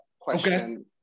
question